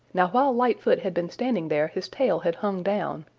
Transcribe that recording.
now while lightfoot had been standing there his tail had hung down,